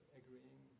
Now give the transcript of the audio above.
agreeing